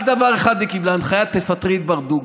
רק דבר אחד היא קיבלה, הנחיה: תפטרי את ברדוגו.